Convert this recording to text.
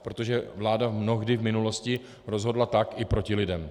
Protože vláda mnohdy v minulosti rozhodla tak i proti lidem.